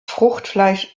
fruchtfleisch